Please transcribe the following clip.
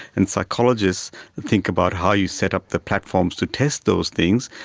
and psychologists think about how you set up the platforms to test those things,